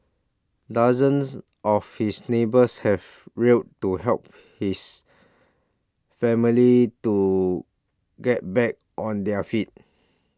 dozens of his neighbours have real to help his family to get back on their feet